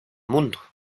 mundo